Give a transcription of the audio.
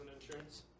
insurance